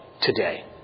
today